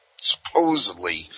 Supposedly